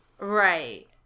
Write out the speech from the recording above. Right